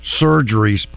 surgeries